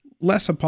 Less